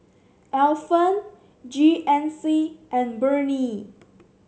Alpen G N C and Burnie